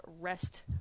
rest